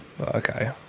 Okay